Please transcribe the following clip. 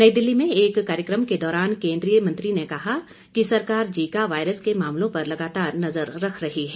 नई दिल्ली में एक कार्यक्रम के दौरान केन्द्रीय स्वास्थ्य मंत्री ने कहा कि सरकार जीका वायरस के मामलों पर लगातार नजर रख रही है